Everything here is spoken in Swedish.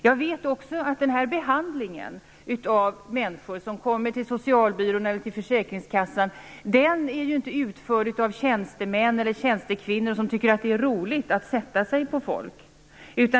Jag vet också att denna behandling av människor som kommer till socialbyrån eller försäkringskassan inte utförs av tjänstemän eller tjänstekvinnor som tycker att det är roligt att sätta sig på folk.